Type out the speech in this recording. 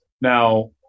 Now